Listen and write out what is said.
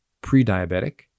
pre-diabetic